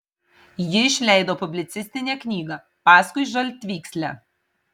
ji išleido publicistinę knygą paskui žaltvykslę